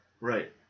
Right